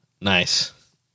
Nice